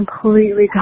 completely